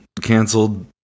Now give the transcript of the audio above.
Canceled